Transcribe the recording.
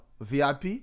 VIP